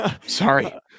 Sorry